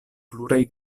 pluraj